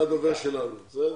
אתה הדובר שלנו, בסדר?